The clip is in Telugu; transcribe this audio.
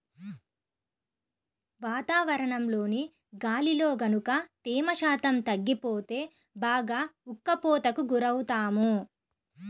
వాతావరణంలోని గాలిలో గనక తేమ శాతం తగ్గిపోతే బాగా ఉక్కపోతకి గురవుతాము